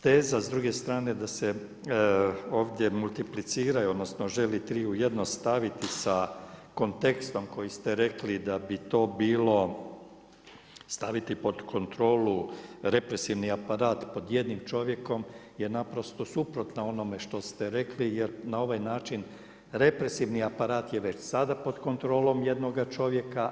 Teza s druge strane da se ovdje multiplicira, odnosno, želi 3 u 1 staviti sa kontekstom kojim ste rekli da bi to bilo staviti pod kontrolu represivni aparat pod jednim čovjekom je naprosto suprotno onome što ste rekli, jer na ovaj način represivni aparat je već sada pod kontrolom jednoga čovjeka.